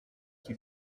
qui